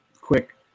quick